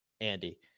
Andy